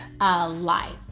life